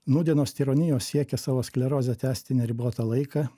nūdienos tironijos siekia savo sklerozę tęsti neribotą laiką